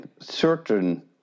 certain